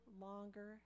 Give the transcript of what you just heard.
longer